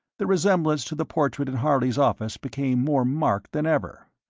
the resemblance to the portrait in harley's office became more marked than ever.